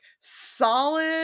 solid